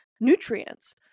nutrients